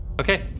Okay